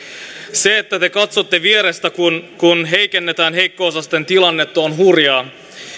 se että te katsotte vierestä kun kun heikennetään heikko osaisten tilannetta on on hurjaa